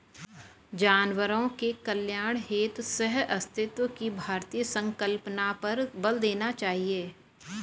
जानवरों के कल्याण हेतु सहअस्तित्व की भारतीय संकल्पना पर बल देना चाहिए